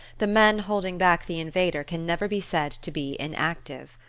the men holding back the invader can never be said to be inactive.